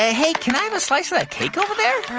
ah hey, can i have a slice of that cake over there?